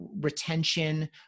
retention